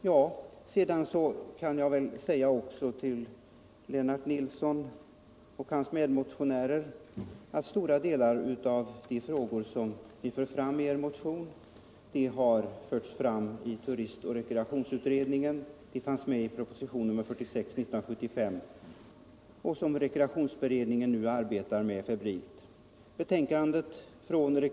Slutligen vill jag säga till Lennart Nilsson och hans medmotionärer att stora delar av de frågor som motionen 753 aktualiserar har förts fram av turismoch rekreationsutredningen. De fanns också med i propositionen 46 år 1975. Rekreationsberedningen arbetar febrilt med de frågorna.